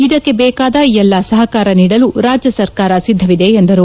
ಇದಕ್ಕೆ ಬೇಕಾದ ಎಲ್ಲಾ ಸಹಕಾರ ನೀಡಲು ರಾಜ್ಯ ಸರ್ಕಾರ ಸಿದ್ಧವಿದೆ ಎಂದರು